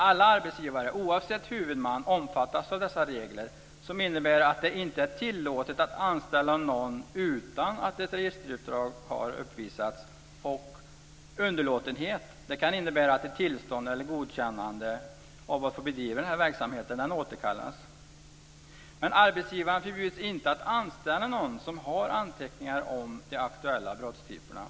Alla arbetsgivare oavsett huvudman omfattas av dessa regler, som innebär att det inte är tillåtet att anställa någon utan att ett registerutdrag har uppvisats. Underlåtenhet kan innebära att ett tillstånd eller godkännande för att få bedriva verksamheten återkallas. Men arbetsgivaren förbjuds inte att anställa någon som har anteckningar om de aktuella brottstyperna.